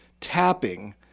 tapping